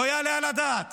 לא יעלה על הדעת